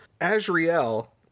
Azrael